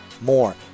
more